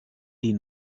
die